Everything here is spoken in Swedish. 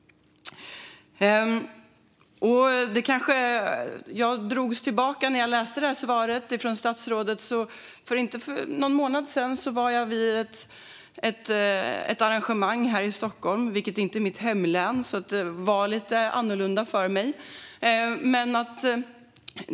Statsrådets svar drog mig tillbaka till ett arrangemang jag var på här i Stockholm, som inte är mitt hemlän. Därför var det lite annorlunda för mig.